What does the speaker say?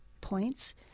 points